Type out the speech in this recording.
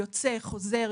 יוצא - חוזר,